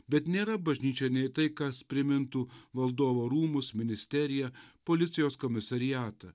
bet nėra bažnyčia nei tai kas primintų valdovo rūmus ministeriją policijos komisariatą